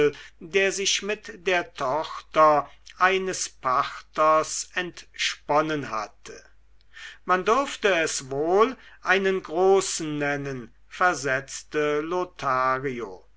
der sich mit der tochter eines pachters entsponnen hatte man dürfte es wohl einen großen nennen versetzte lothario